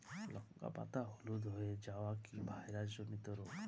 লঙ্কা পাতা হলুদ হয়ে যাওয়া কি ভাইরাস জনিত রোগ?